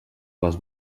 les